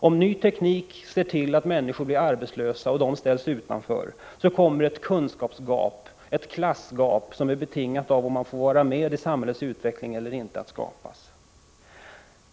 Om ny teknik ser till att människor blir arbetslösa, uppkommer ett kunskapsgap, en klassklyfta, som är betingad av om man får vara med i samhällets utveckling eller inte.